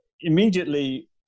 Immediately